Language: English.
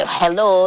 hello